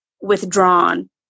withdrawn